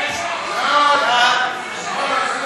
ההצעה להעביר את הצעת חוק שירותי הדת היהודיים (תיקון מס'